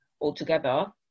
altogether